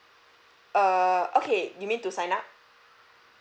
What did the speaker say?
err okay you mean to sign up